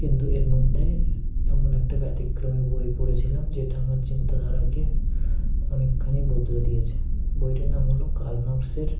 কিন্তু এর মধ্যে এমন একটা ব্যতিক্রমী বই পড়েছিলাম যেটা আমার চিন্তাধারাকে অনেকখানি বদলে দিয়েছে বইটার নাম হলো কার্ল মার্ক্সের